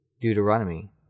Deuteronomy